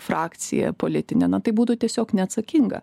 frakciją politinę na tai būtų tiesiog neatsakinga